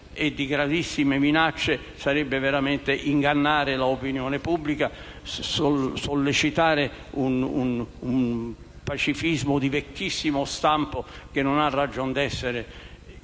e di gravissime minacce, sarebbe veramente ingannare l'opinione pubblica, sollecitare un pacifismo di vecchissimo stampo, che non ha ragion d'essere